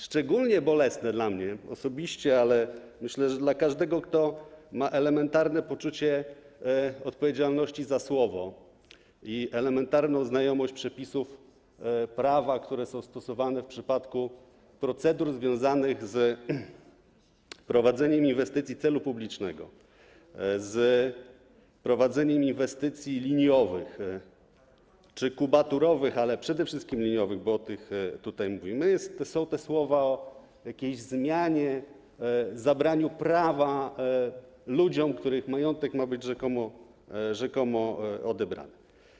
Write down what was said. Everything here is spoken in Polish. Szczególnie bolesne dla mnie osobiście, ale myślę, że dla każdego, kto ma elementarne poczucie odpowiedzialności za słowo i elementarną znajomość przepisów prawa, które są stosowane w przypadku procedur związanych z prowadzeniem inwestycji celu publicznego, z prowadzeniem inwestycji liniowych czy kubaturowych, ale przede wszystkim liniowych, bo o tych tutaj mówimy, są słowa o jakiejś zmianie, zabraniu prawa ludziom, których majątek ma być rzekomo odebrany.